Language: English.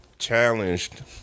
Challenged